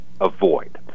avoid